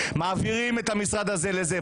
מעבירים את המשרד הזה לזה,